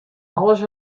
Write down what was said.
alles